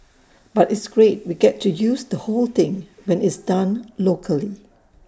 but it's great we get to use the whole thing when it's done locally